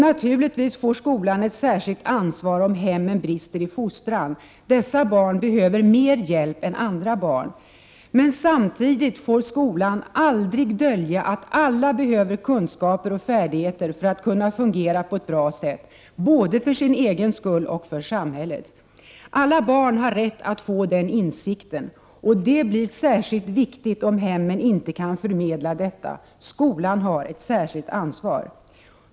Naturligtvis får skolan ett särskilt ansvar om hemmen brister i fostran. Dessa barn behöver mer hjälp än andra. Samtidigt får skolan aldrig dölja att alla behöver kunskaper och färdigheter för att kunna fungera på ett bra sätt — både för sin egen skull och för samhällets. Alla barn har rätt att få den insikten. Det blir särskilt viktigt om hemmen inte kan förmedla det. Skolan har ett särskilt ansvar.